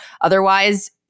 Otherwise